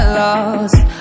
lost